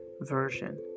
version